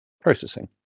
Processing